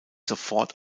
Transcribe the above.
sofort